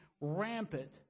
rampant